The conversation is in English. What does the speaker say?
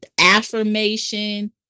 affirmation